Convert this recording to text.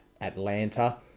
Atlanta